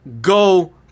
go